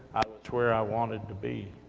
to where i wanted to be,